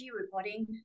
reporting